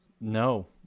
No